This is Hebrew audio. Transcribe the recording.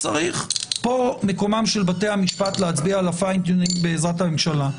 ופה מקומם של בתי המשפט להצביע על ה-fine tuning בעזרת הממשלה.